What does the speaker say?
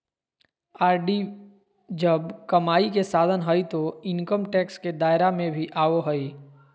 RD जब कमाई के साधन हइ तो इनकम टैक्स के दायरा में भी आवो हइ